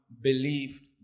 believed